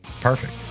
perfect